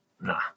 Nah